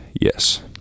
yes